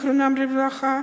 זיכרונם לברכה,